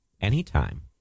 anytime